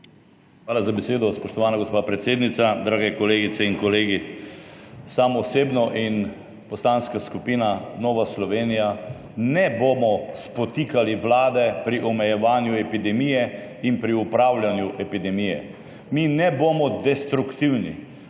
Hvala za besedo, spoštovana gospa predsednica. Drage kolegice in kolegi! Sam osebno in Poslanska skupina Nova Slovenije ne bomo spotikali vlade pri omejevanju epidemije in pri upravljanju epidemije. Mi ne bomo destruktivni.